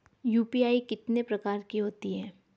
UPI कितने प्रकार की होती हैं?